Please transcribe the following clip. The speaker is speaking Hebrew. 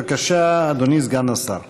בבקשה, אדוני סגן השר.